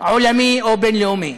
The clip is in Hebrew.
עולמי או בין-לאומי.